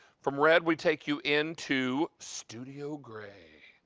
from red we take you into studio gray.